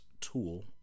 tool